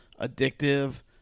addictive